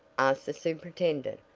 asked the superintendent.